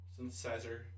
synthesizer